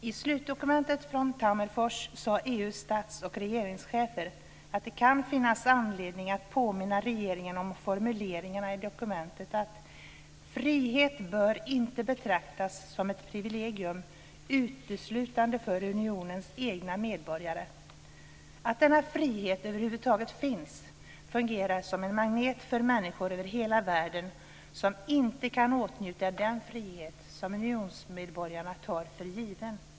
I slutdokumentet från Tammerfors sade EU:s stats och regeringschefer, och det kan finnas anledning att påminna regeringen om formuleringarna i dokumentet: Frihet bör inte betraktas som ett privilegium uteslutande för unionens egna medborgare. Att denna frihet över huvud taget finns fungerar som en magnet för människor över hela världen som inte kan åtnjuta den frihet som unionsmedborgarna tar för given.